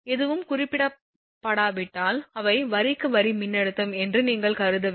எதுவும் குறிப்பிடப்படாவிட்டால் அவை வரிக்கு வரி மின்னழுத்தம் என்று நீங்கள் கருத வேண்டும்